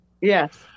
Yes